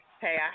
Hey